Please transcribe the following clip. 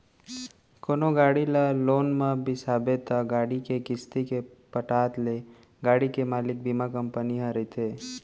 कोनो गाड़ी ल लोन म बिसाबे त गाड़ी के किस्ती के पटत ले गाड़ी के मालिक बीमा कंपनी ह रहिथे